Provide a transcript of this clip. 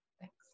Thanks